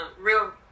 real